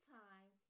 time